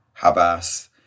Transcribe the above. Habas